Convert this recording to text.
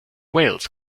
wales